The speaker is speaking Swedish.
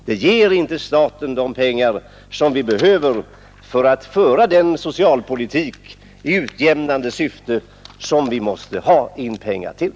Det ger inte staten de pengar som behövs för att föra en socialpolitik i utjämnande syfte som vi måste ha in pengar till.